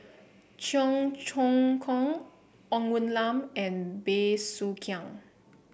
Cheong Choong Kong Ng Woon Lam and Bey Soo Khiang